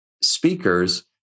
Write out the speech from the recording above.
speakers